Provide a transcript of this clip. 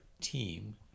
team